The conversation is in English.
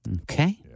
okay